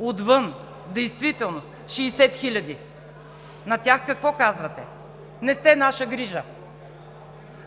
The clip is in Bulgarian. Отвън действително са 60 хиляди! На тях какво казвате? „Не сте наша грижа!“